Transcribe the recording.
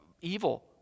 evil